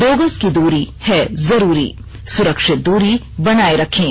दो गज की दूरी है जरूरी सुरक्षित दूरी बनाए रखें